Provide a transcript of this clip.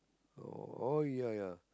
oh oh ya ya